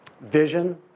vision